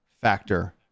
factor